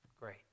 Great